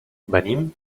venim